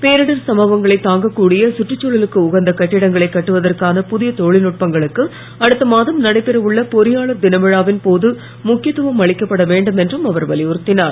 பேரிடர் சம்பங்களை தாங்கக் கூடிய கற்றுச்சூழலுக்கு உகந்த கட்டிடங்களை கட்டுவதற்கான புதிய தொழில்நுட்பங்களுக்கு அடுத்த மாதம் நடைபெறவுள்ள பொறியாளர் தினவிழாவின் போது முக்கியத்துவம் அளிக்கப்பட வேண்டும் என்றும் அவர் வலியுறுத்தினார்